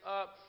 up